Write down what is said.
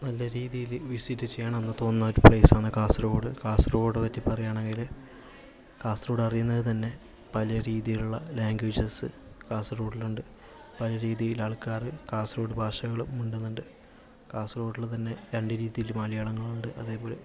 നല്ല രീതിയിൽ വിസിറ്റ് ചെയ്യണമെന്ന് തോന്നുന്ന ഒരു പ്ലെയിസ് ആണ് കാസർഗോഡ് കാസർഗോഡിനെ പറ്റി പറയുകയാണെങ്കില് കാസർഗോഡ് അറിയുന്നത് തന്നെ പല രീതിലുള്ള ലാങേജസ് കാസർഗൊഡില് ഉണ്ട് പല രീതില് ആൾക്കാര് കാസർഗോഡ് ഭാഷകള് മിണ്ടുന്നുണ്ട് കാസർഗൊഡില് തന്നെ രണ്ട് രീതിയില് മലയാളങ്ങളുണ്ട് അതേപോലെ